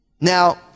Now